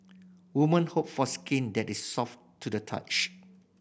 women hope for skin that is soft to the touch